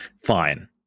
fine